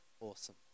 awesome